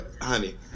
honey